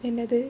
என்னது:ennathu